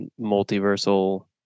multiversal